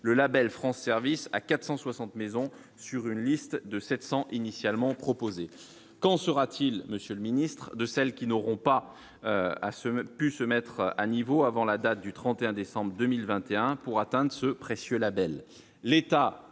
le Label France service à 460 maisons sur une liste de 700 initialement proposé, qu'en sera-t-il monsieur le Ministre, de celles qui n'auront pas à ce même pu se mettre à niveau avant la date du 31 décembre 2021 pour atteinte ce précieux Label,